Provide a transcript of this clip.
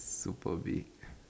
super big